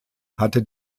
hatte